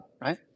right